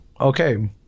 Okay